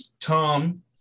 Tom